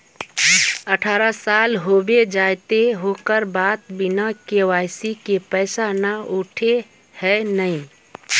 अठारह साल होबे जयते ओकर बाद बिना के.वाई.सी के पैसा न उठे है नय?